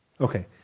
Okay